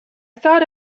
thought